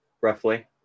roughly